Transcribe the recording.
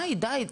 די,